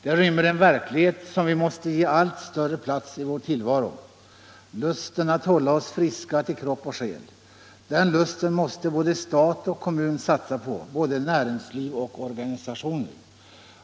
Det rymmer en verklighet som vi måste ge allt större plats i vår tillvaro —- lusten att hålla oss friska till kropp och själ. Den lusten måste både stat och kommun satsa på, både näringsliv och organisationer.